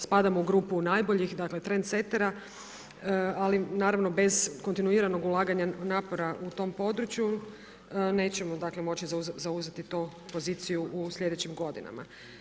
Spadamo u grupu najboljih trendsetera, ali naravno bez kontinuiranog ulaganja napora u tom području nećemo moći zauzeti tu poziciju u sljedećim godinama.